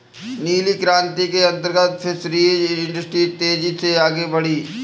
नीली क्रांति के अंतर्गत फिशरीज इंडस्ट्री तेजी से आगे बढ़ी